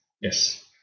Yes